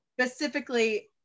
Specifically